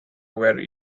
were